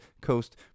Coast